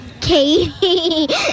Katie